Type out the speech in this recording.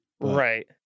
Right